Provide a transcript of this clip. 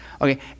Okay